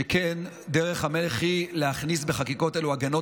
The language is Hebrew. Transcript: שכן דרך המלך היא להכניס בחקיקות אלה הגנות